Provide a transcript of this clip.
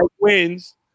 wins